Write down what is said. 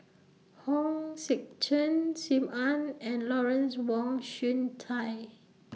Hong Sek Chern SIM Ann and Lawrence Wong Shyun Tsai